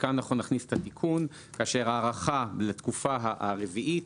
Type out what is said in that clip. "כאשר ההארכה לתקופה הרביעית,